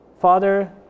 Father